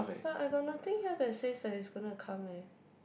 but I got nothing here that says that he's gonna come eh